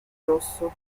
rosso